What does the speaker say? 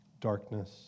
darkness